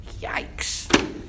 Yikes